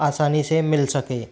आसानी से मिल सके